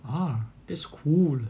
ah that's cool